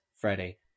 Friday